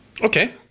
Okay